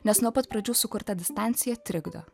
nes nuo pat pradžių sukurta distancija trikdo